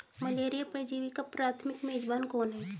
Malaria परजीवी का प्राथमिक मेजबान कौन है?